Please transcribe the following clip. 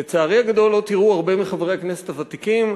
לצערי הגדול לא תראו הרבה מחברי הכנסת הוותיקים.